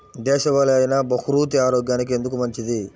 దేశవాలి అయినా బహ్రూతి ఆరోగ్యానికి ఎందుకు మంచిది?